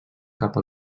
cap